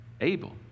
Abel